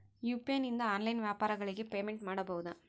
UPI ನಿಂದ online ವ್ಯಾಪಾರಗಳಿಗೆ payment ಮಾಡಬಹುದಾ?